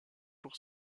pour